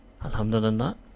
Alhamdulillah